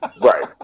right